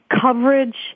coverage